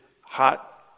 hot